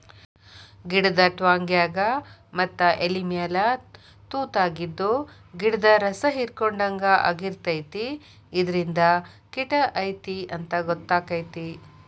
ಗಿಡದ ಟ್ವಂಗ್ಯಾಗ ಮತ್ತ ಎಲಿಮ್ಯಾಲ ತುತಾಗಿದ್ದು ಗಿಡ್ದ ರಸಾಹಿರ್ಕೊಡ್ಹಂಗ ಆಗಿರ್ತೈತಿ ಇದರಿಂದ ಕಿಟ ಐತಿ ಅಂತಾ ಗೊತ್ತಕೈತಿ